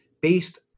based